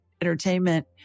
entertainment